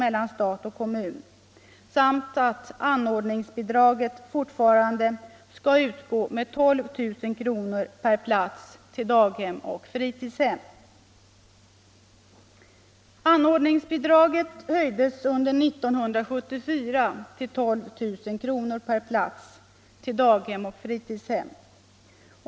Anordningsbidraget höjdes under 1974 till 12 000 kr. per plats på daghem och fritidshem.